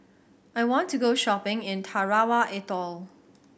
I want to go shopping in Tarawa Atoll